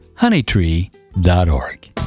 honeytree.org